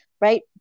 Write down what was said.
right